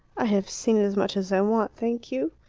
i have seen as much as i want, thank you.